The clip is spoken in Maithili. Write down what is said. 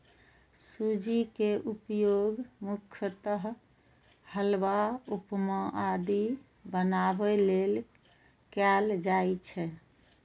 सूजी के उपयोग मुख्यतः हलवा, उपमा आदि बनाबै लेल कैल जाइ छै